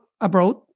abroad